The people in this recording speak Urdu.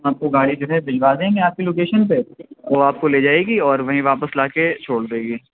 آپ کو گاڑی جو ہے بھجوا دیں گے آپ کی لوکیشن پہ وہ آپ کو لے جائے گی اور وہیں واپس لا کے چھوڑ دے گی